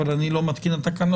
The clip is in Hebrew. אבל אני לא מתקין התקנות.